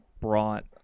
brought